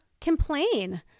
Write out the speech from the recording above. complain